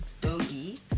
doggy